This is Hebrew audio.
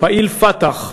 פעיל "פתח"